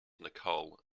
nicole